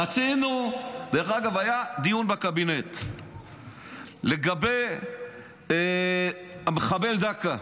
רצינו, דרך אגב, היה דיון בקבינט לגבי המחבל דקה.